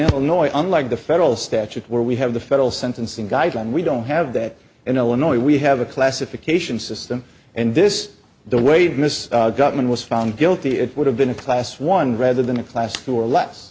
illinois unlike the federal statute where we have the federal sentencing guideline we don't have that in illinois we have a classification system and this is the way this government was found guilty it would have been a class one rather than a class or less